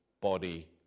body